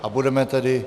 A budeme tedy...